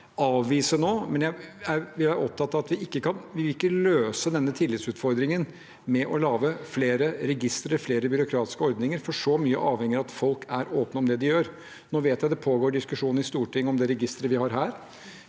vi er opptatt av at vi ikke løser denne tillitsutfordringen ved å lage flere registre, flere byråkratiske ordninger, for så mye avhenger av at folk er åpne om det de gjør. Nå vet jeg at det pågår en diskusjon i Stortinget om det registeret vi har her.